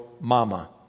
mama